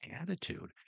attitude